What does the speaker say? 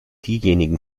diejenigen